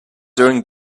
during